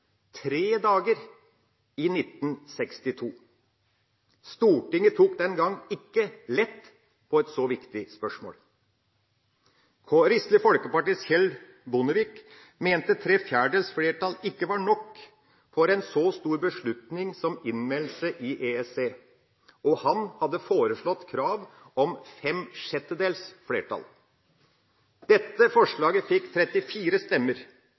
tre dager – i 1962. Stortinget tok den gang ikke lett på et så viktig spørsmål. Kristelig Folkepartis Kjell Bondevik mente tre fjerdedels flertall ikke var nok for en så stor beslutning som innmeldelse i EEC, og foreslo krav om fem sjettedels flertall. Dette forslaget fikk 34 stemmer.